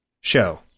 show